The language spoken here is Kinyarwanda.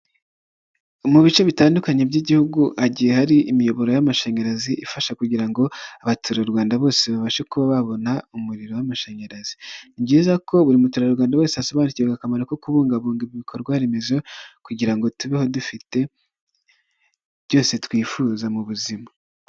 Mu bice bitandukanye by'Igihugu hagiye hari imiyoboro y'amashanyarazi ifasha kugira ngo abaturarwanda bose babashe kuba babona umuriro w'amashanyarazi, ni byiza ko buri muturarwanda wese asobanukiwe akamaro ko kubungabunga ibikorwa remezo, kugirango ngo tubeho dufite byose twifuza mu buzima.